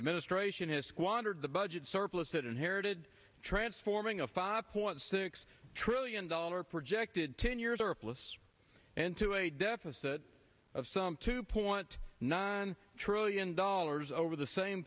administration has squandered the budget surplus it inherited transforming a five point six trillion dollar projected ten years or aplus into a deficit of some two point nine trillion dollars over the same